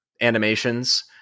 animations